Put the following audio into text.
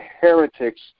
heretics